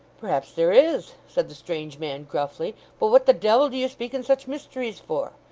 perhaps there is said the strange man, gruffly but what the devil do you speak in such mysteries for?